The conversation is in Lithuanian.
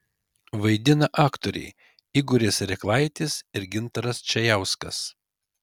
vaidina aktoriai igoris reklaitis ir gintaras čajauskas